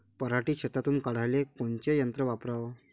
पराटी शेतातुन काढाले कोनचं यंत्र वापराव?